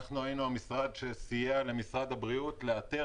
אנחנו היינו המשרד שסייע למשרד הבריאות לאתר